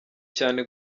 cyane